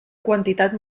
quantitat